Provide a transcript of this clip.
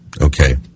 Okay